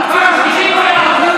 קורא אותך בפעם שנייה לסדר.